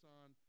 on